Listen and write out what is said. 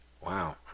Wow